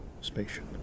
spaceship